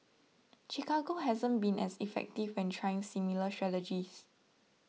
Chicago hasn't been as effective when trying similar strategies